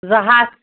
زٕ ہَتھ